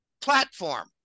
platform